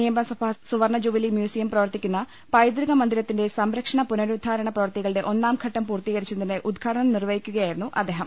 നിയമസഭാ സുവർണ jubilee museum പ്രവർത്തിക്കുന്ന പൈതൃക മന്ദിരത്തിന്റെ സംരക്ഷണ പുനരുദ്ധാരണ പ്രവൃത്തികളുടെ ഒന്നാംഘട്ടം പൂർത്തീകരിച്ചതിന്റെ ഉദ്ഘാടനം നിർവ ഹിക്കുകയായിരുന്നു അദ്ദേഹം